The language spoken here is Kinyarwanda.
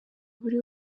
buri